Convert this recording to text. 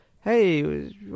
hey